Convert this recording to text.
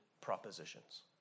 propositions